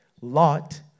Lot